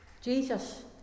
Jesus